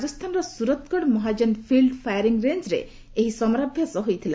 ରାଜସ୍ଥାନର ସୁରତଗଡ ମହାକ୍କନ field firing ରେଞ୍ଜରେ ଏହି ସମରାଭ୍ୟାସ ହୋଇଥିଲା